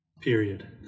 Period